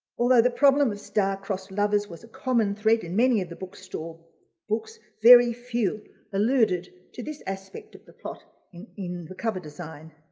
although the problem of star-crossed lovers was a common thread in many of the bookstall books, very few alluded to this aspect of the plot in in the cover design.